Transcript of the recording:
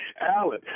Alan